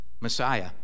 Messiah